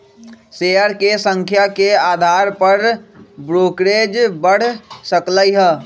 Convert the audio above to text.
share के संख्या के अधार पर ब्रोकरेज बड़ सकलई ह